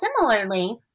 similarly